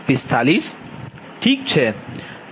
ઠીક છે